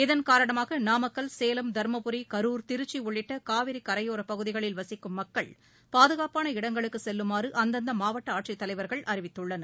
இதன்காரணமாக நாமக்கல் சேலம் தருமபுரி கரூர் திருச்சி உள்ளிட்ட காவிரி கரையோரப் பகுதிகளில் வசிக்கும் மக்கள் பாதுகாப்பான இடங்களுக்கு செல்லுமாறு அந்தந்த மாவட்ட ஆட்சித்தலைவர்கள் அறிவித்துள்ளனர்